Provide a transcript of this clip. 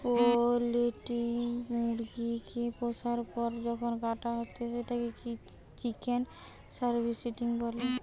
poultry মুরগি কে পুষার পর যখন কাটা হচ্ছে সেটাকে চিকেন হার্ভেস্টিং বলে